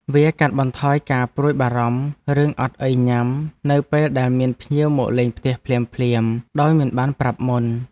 វាកាត់បន្ថយការព្រួយបារម្ភរឿងអត់អីញ៉ាំនៅពេលដែលមានភ្ញៀវមកលេងផ្ទះភ្លាមៗដោយមិនបានប្រាប់មុន។